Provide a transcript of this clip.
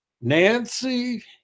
Nancy